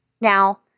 Now